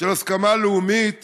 של הסכמה לאומית